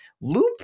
Loop